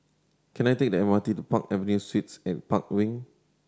can I take the M R T to Park Avenue Suites and Park Wing